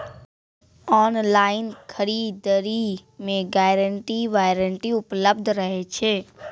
Online खरीद दरी मे गारंटी वारंटी उपलब्ध रहे छै?